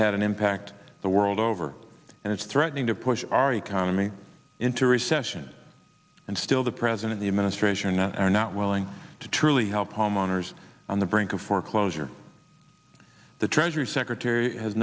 had an impact the world over and it's threatening to push our economy into recession and still the president the administration are not are not willing to truly help homeowners on the brink of foreclosure the treasury secretary has